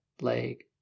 leg